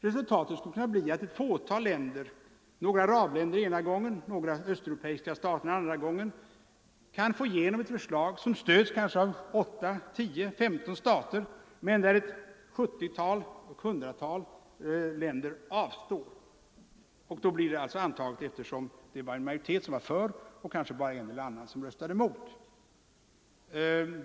Resultatet skulle kunna bli att ett fåtal länder — kanske några arabländer ena gången och några östeuropeiska stater den andra — får igenom ett förslag som stöds av endast 10-15 stater därför att ett hundratal länder avstår från att rösta.